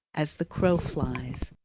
as the crow flies.